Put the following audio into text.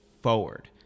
forward